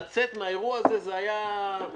לצאת מהאירוע הזה היה --- כן,